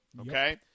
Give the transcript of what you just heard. okay